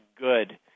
good